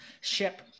ship